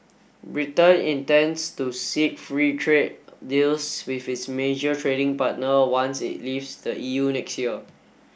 Britain intends to seek free trade deals with its major trading partner once it leaves the E U next year